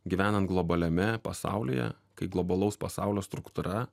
gyvenant globaliame pasaulyje kai globalaus pasaulio struktūra